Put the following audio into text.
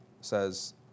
says